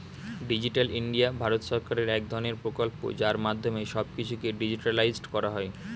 digital India Bharat সরকারের এক ধরণের প্রকল্প যার মাধ্যমে সব কিছুকে ডিজিটালাইসড করা হয়